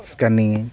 scanning ᱟᱧ